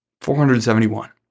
471